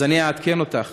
אז אני אעדכן אותך: